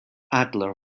adler